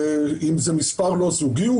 אם זה מספר לא זוגי,